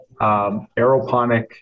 aeroponic